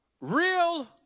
Real